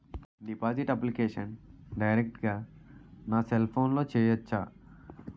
Deposit application direct గా నా cell ఫోన్లో చెయ్యచా?